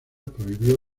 prohibió